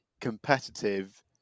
competitive